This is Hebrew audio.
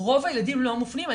רוב הילדים לא מופנים,